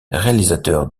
réalisateur